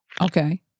Okay